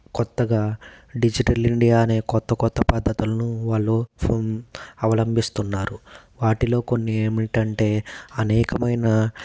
కొత్తగా digital India అనే కొత్త కొత్త పద్ధతులను వాళ్ళు అవలంబిస్తున్నారు వాటిలో కొన్ని ఏమిటి అంటే అనేకమైన